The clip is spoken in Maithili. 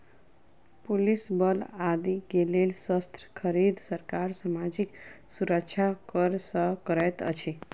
पुलिस बल आदि के लेल शस्त्र खरीद, सरकार सामाजिक सुरक्षा कर सँ करैत अछि